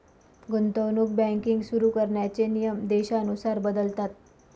गुंतवणूक बँकिंग सुरु करण्याचे नियम देशानुसार बदलतात